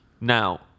Now